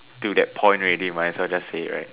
to that point already might as well just say it right